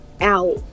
Out